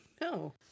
No